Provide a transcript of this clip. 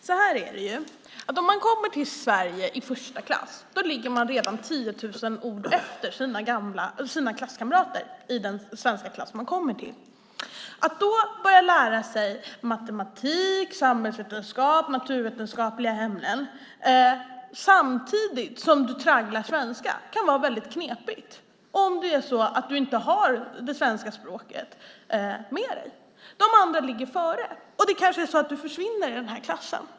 Herr talman! Så här är det: Om man kommer till Sverige i första klass ligger man redan 10 000 ord efter sina svenska klasskamrater. Att då börja lära sig matematik, samhällskunskap och naturvetenskapliga ämnen samtidigt som man tragglar svenska kan vara väldigt knepigt. De andra ligger före, och det kanske blir så att du försvinner i den här klassen.